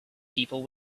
people